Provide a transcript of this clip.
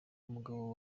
umugabo